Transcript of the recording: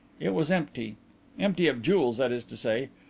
it was empty empty of jewels, that is to say,